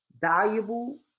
valuable